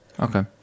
Okay